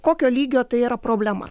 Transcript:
kokio lygio tai yra problema